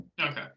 Okay